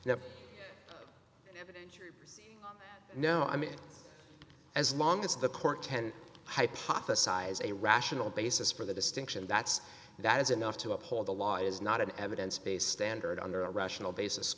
no no i mean as long as the court ten hypothesize a rational basis for the distinction that's that is enough to uphold the law is not an evidence based standard under a rational basis